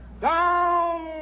down